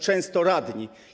Często radni.